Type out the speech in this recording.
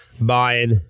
Buying